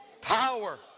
power